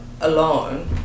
alone